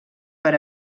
per